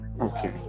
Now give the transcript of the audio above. Okay